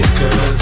girl